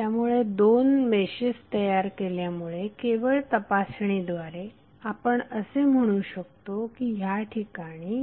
त्यामुळे दोन मेशेस तयार केल्यामुळे केवळ तपासणीद्वारे आपण असे म्हणू शकतो की ह्या ठिकाणी